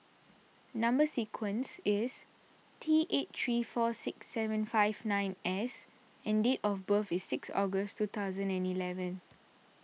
Number Sequence is T eight three four six seven five nine S and date of birth is six August two thousand and eleven